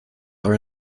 are